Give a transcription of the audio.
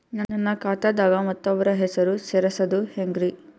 ನನ್ನ ಖಾತಾ ದಾಗ ಮತ್ತೋಬ್ರ ಹೆಸರು ಸೆರಸದು ಹೆಂಗ್ರಿ?